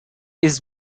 his